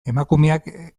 emakumeak